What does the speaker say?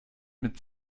mit